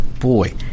Boy